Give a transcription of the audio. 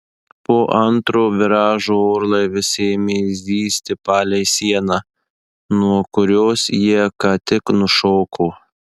po antro viražo orlaivis ėmė zyzti palei sieną nuo kurios jie ką tik nušoko